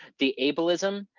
the ableism,